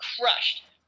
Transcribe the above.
crushed